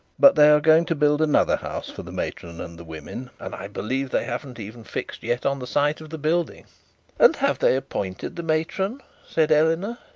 but they are going to build another house for the matron and the women and i believe they haven't even fixed yet on the site of the building and have they appointed the matron said eleanor.